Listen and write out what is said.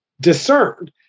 discerned